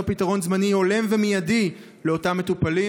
פתרון זמני הולם ומיידי לאותם מטופלים.